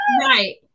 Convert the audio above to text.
Right